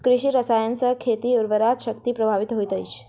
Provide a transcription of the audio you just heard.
कृषि रसायन सॅ खेतक उर्वरा शक्ति प्रभावित होइत अछि